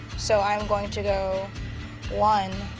so i am going to go one,